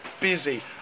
busy